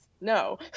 no